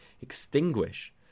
extinguish